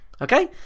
Okay